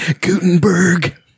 Gutenberg